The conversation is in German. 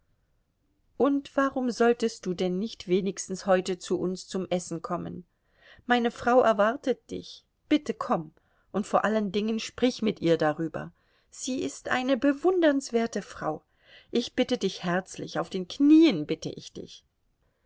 und warum solltest du denn nicht wenigstens heute zu uns zum essen kommen meine frau erwartet dich bitte komm und vor allen dingen sprich mit ihr darüber sie ist eine bewundernswerte frau ich bitte dich herzlich auf den knien bitte ich dich